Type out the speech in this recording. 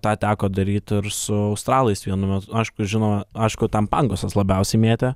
tą teko daryti ir su australais vienu metu aišku žinoma aišku tam pangosas labiausiai mėtė